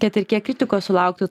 kad ir kiek kritikos sulaukitų